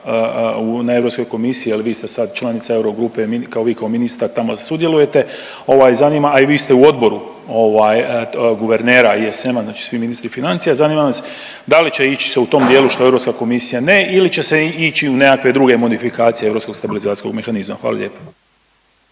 na Europskoj komisiji, jer vi ste sad članica euro grupe. Vi kao ministar tamo sudjelujete, zanima a i vi ste u odboru guvernera i SM-a, znači svi ministri financija. Zanima nas da li će ići se u tom dijelu što Europska komisija ne ili će se ići u nekakve druge modifikacije europskog stabilizacijskog mehanizma. Hvala lijepa.